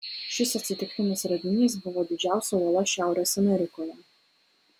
šis atsitiktinis radinys buvo didžiausia uola šiaurės amerikoje